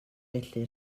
felly